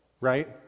right